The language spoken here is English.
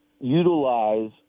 utilize